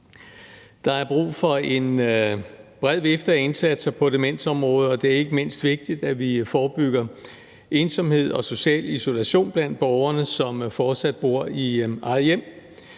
Der er brug for en bred vifte af indsatser på demensområdet, og det er ikke mindst vigtigt, at vi forebygger ensomhed og social isolation blandt borgerne, som fortsat bor i eget hjem.